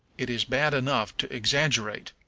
it is bad enough to exaggerate,